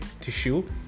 tissue